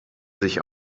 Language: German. sich